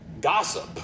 gossip